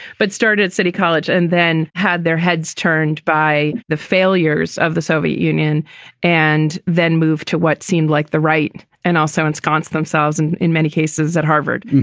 but start at city college and then had their heads turned by the failures of the soviet union and then moved to what seemed like the right and also ensconced themselves and in many cases at harvard.